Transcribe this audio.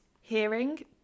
hearing